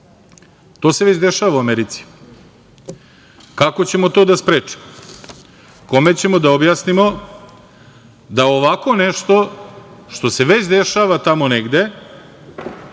To se već dešava u Americi. Kako ćemo to da sprečimo? Kome ćemo da objasnimo da ovako nešto što se već dešava tamo negde,